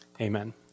Amen